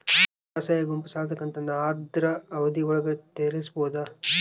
ಸ್ವಸಹಾಯ ಗುಂಪು ಸಾಲದ ಕಂತನ್ನ ಆದ್ರ ಅವಧಿ ಒಳ್ಗಡೆ ತೇರಿಸಬೋದ?